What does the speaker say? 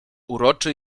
uroczy